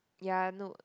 ya no